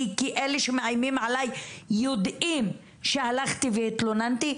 כי אלה שמאיימים עליי יודעים שהלכתי והתלוננתי?